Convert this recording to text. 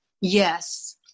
Yes